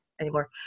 anymore